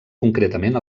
concretament